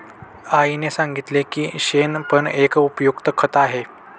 आईने सांगितले की शेण पण एक उपयुक्त खत आहे